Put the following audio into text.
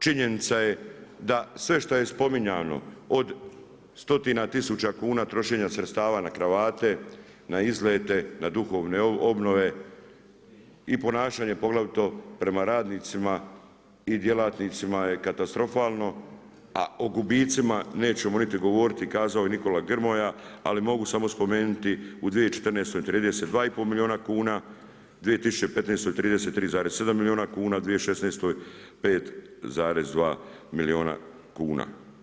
Činjenica je da sve što je spominjano od stotina tisuća kuna trošenja sredstava na kravate, na izlete, na duhovne obnove i ponašanje poglavito prema radnicima i djelatnicima je katastrofalno, a o gubicima nećemo niti govoriti kazao je Nikola Grmoja, ali mogu samo spomenuti u 2014. 32,5 milijuna kuna, 2015. 33,7 milijuna kuna, 2016. 5,2 milijuna kuna.